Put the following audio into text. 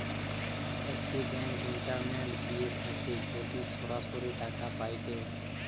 একটি bank internet দিয়ে থাকে যদি সরাসরি টাকা পায়েটে